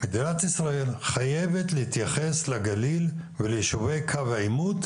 מדינת ישראל חייבת להתייחס לגליל וליישובי קו העימות